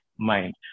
Mind